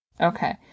Okay